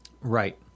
Right